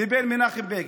לבין מנחם בגין.